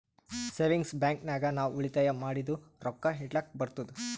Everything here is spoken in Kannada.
ಸೇವಿಂಗ್ಸ್ ಬ್ಯಾಂಕ್ ನಾಗ್ ನಾವ್ ಉಳಿತಾಯ ಮಾಡಿದು ರೊಕ್ಕಾ ಇಡ್ಲಕ್ ಬರ್ತುದ್